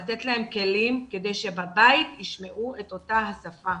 לתת להם כלים כדי שבבית ישמעו את אותה השפה.